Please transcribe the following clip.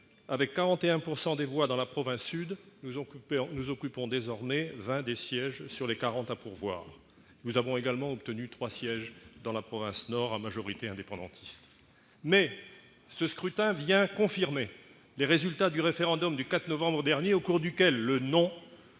avec 41 % des voix dans la province sud, elle y occupe désormais vingt des quarante sièges à pourvoir. Nous avons également obtenu trois sièges dans la province nord, à majorité indépendantiste. Ce scrutin vient confirmer les résultats du référendum du 4 novembre dernier, à l'occasion duquel le «